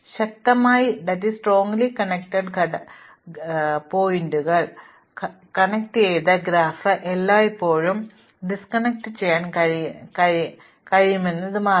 അതിനാൽ ശക്തമായി ബന്ധിപ്പിച്ച ഘടകങ്ങൾ എന്ന് വിളിക്കുന്നവയിൽ സംവിധാനം ചെയ്ത ഗ്രാഫ് എല്ലായ്പ്പോഴും വിഘടിപ്പിക്കാൻ കഴിയുമെന്ന് ഇത് മാറുന്നു